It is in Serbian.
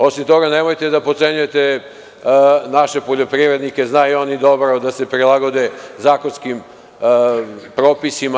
Osim toga, nemojte da potcenjujete naše poljoprivrednike, znaju oni dobro da se prilagode zakonskim propisima.